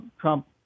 Trump